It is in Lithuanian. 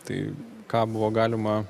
tai ką buvo galima